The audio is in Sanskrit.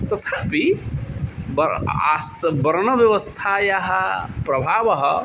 तथापि वा अस्य भरणम् अवस्थायाः प्रभावः